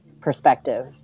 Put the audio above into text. perspective